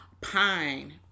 Pine